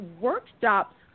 workshops